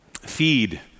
Feed